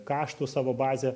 kaštų savo bazę